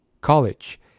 college